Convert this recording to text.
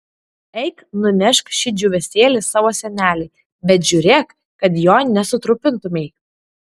eik nunešk šį džiūvėsėlį savo senelei bet žiūrėk kad jo nesutrupintumei